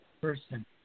person